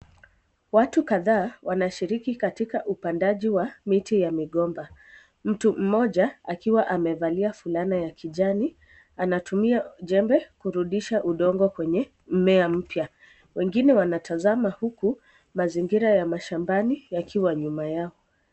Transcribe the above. Watu kadhaa wanashiriki katika upandaji wa miti ya migomba. Mtu mmoja akiwa amevalia fulana ya kijani anatumia jembe kurudisha udongo kwenye mmea mpya. Wengine wanatazama huku mazingira ya mashambani yakiwa nyuma yako.